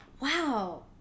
wow